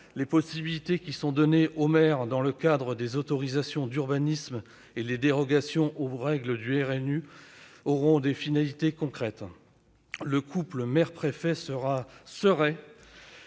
Les possibilités qui sont données aux maires dans le cadre des autorisations d'urbanisme et des dérogations aux règles du RNU auront des finalités concrètes. Le couple maire-préfet serait